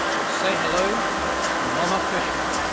well, say hello to mama fishman.